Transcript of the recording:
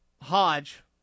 Hodge